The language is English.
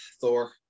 Thor